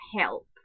help